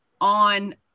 on